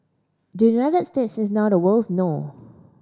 the United States is now the world's no